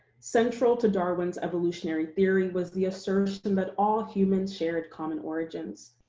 central to darwin's evolutionary theory was the assertion that all humans shared common origins.